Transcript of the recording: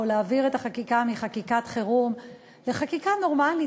או להעביר את החקיקה מחקיקת חירום לחקיקה נורמלית,